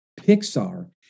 Pixar